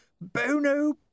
bono